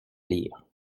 lire